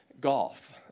golf